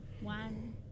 One